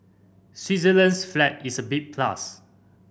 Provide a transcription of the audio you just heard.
Switzerland's flag is a big plus